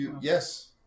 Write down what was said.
Yes